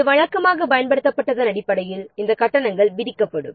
இது வழக்கமாக பயன்படுத்தப்பட்டதன் அடிப்படையில் இந்த கட்டணங்கள் விதிக்கப்படும்